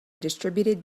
distributed